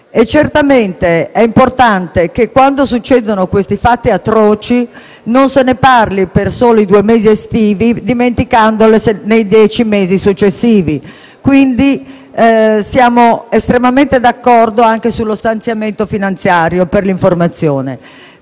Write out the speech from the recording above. salute. È importante che quando succedono questi fatti atroci, non se ne parli per i soli due mesi estivi dimenticandoli nei dieci mesi successivi. Siamo completamente d'accordo anche sullo stanziamento finanziario per l'informazione.